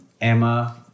Emma